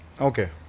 Okay